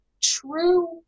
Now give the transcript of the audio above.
true